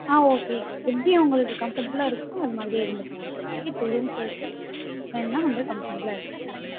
ஆ okay எப்படி உங்களுக்கு கம்ஃபர்ட்டபிளாக இருக்கோ அது மாதிரியே இருந்துக்கோங்க இப்போதைக்கு டூ ரூம்ஸ் இருக்குது வேணுன்னால் வந்து கம்ஃபர்ட்டபிளாக இருக்குது